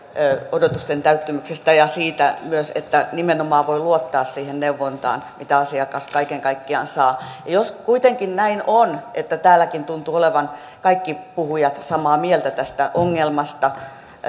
odotusten täyttymyksestä ja myös siitä että nimenomaan voi luottaa siihen neuvontaan mitä asiakas kaiken kaikkiaan saa jos kuitenkin näin on että täälläkin tuntuvat olevan kaikki puhujat samaa mieltä tästä ongelmasta